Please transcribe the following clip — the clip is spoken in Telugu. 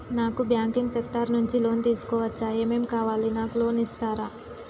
నాకు బ్యాంకింగ్ సెక్టార్ నుంచి లోన్ తీసుకోవచ్చా? ఏమేం కావాలి? నాకు లోన్ ఇస్తారా?